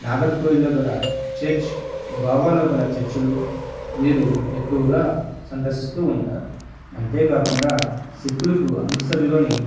నాగర్ కోయిల్లో గల చర్చ్ గోవాలో గల చర్చులు వీరు ఎక్కువగా సందర్శిస్తూ ఉంటారు అంతే కాకుండా సిక్కులకు అమృత్సర్లోని